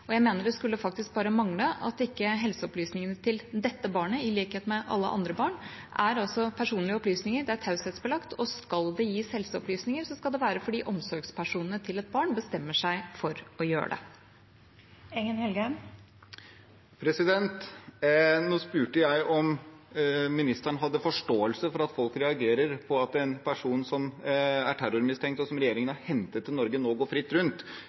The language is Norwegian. Jeg mener at det skulle faktisk bare mangle at ikke helseopplysningene til dette barnet i likhet med for alle andre barn er personlige opplysninger. Det er taushetsbelagt, og skal det gis helseopplysninger, skal det være fordi omsorgspersonene til et barn bestemmer seg for å gjøre det. Nå spurte jeg om ministeren hadde forståelse for at folk reagerer på at en person som er terrormistenkt, og som regjeringen har hentet til Norge, nå går fritt rundt.